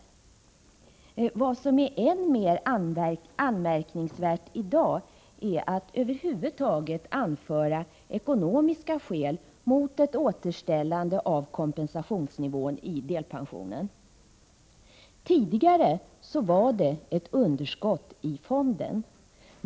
Men vad som är än mer anmärkningsvärt är att man i dag över huvud taget anför ekonomiska skäl mot ett återställande av kompensationsnivån i delpensioneringen. Tidigare var det ett underskott i fonden.